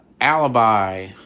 Alibi